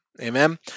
Amen